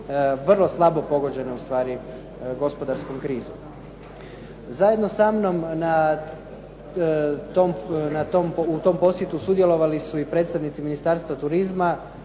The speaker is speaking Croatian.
vrlo slabo pogođene ustvari gospodarskom krizom. Zajedno sa mnom u tom posjetu sudjelovali su i predstavnici Ministarstva turizma,